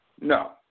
No